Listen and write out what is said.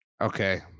okay